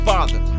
Father